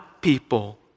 people